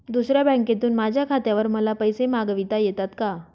दुसऱ्या बँकेतून माझ्या खात्यावर मला पैसे मागविता येतात का?